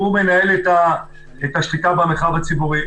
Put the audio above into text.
הוא מנהל את השליטה במרחב הציבורי,